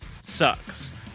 sucks